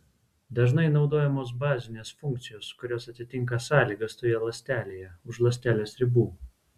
dažnai naudojamos bazinės funkcijos kurios atitinka sąlygas toje ląstelėje už ląstelės ribų